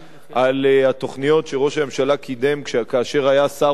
התוכניות שראש הממשלה קידם כאשר היה שר האוצר,